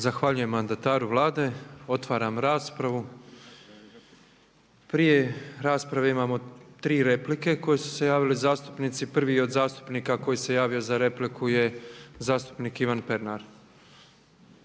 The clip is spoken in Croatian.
Zahvaljujem mandataru Vlade. Otvaram raspravu. Prije rasprave imamo tri replike koje su se javili zastupnici. Prvi je od zastupnika koji se javio za repliku je zastupnik Ivan Pernar.